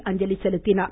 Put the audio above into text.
இரு அஞ்சலி செலுத்தினார்